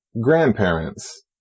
Grandparents